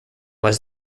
was